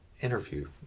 interview